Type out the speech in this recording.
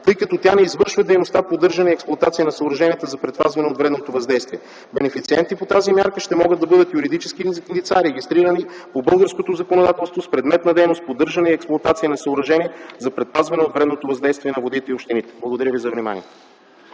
тъй като тя не извършва дейността поддържане и експлоатация на съоръженията за предпазване от вредното въздействие. Бенефициенти по тази мярка ще могат да бъдат юридически лица, регистрирани по българското законодателство, с предмет на дейност поддържане и експлоатация на съоръжения за предпазване от вредното въздействие на водите, и общините. Благодаря за вниманието.